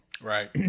Right